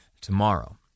tomorrow